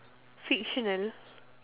fictional